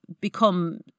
become